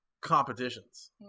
competitions